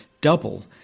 double